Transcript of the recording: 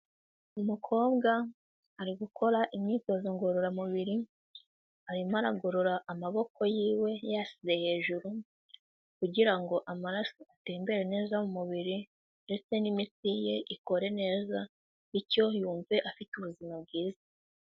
Umukobwa ari gukora imyitozo ngororamubiri, arimo aragorora amaboko yiwe yayasize hejuru kugira ngo amaraso atembere neza mu mubiri ndetse n'imitsi ye ikore neza bityo yumve afite ubuzima bwiza.